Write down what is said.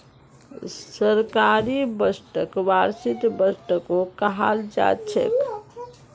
सरकारी बजटक वार्षिक बजटो कहाल जाछेक